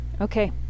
Okay